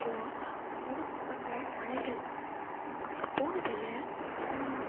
அப்புறம் மூடப்பட்ட மலைகள் அங்கே போனதில்லை ஆனால்